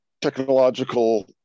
technological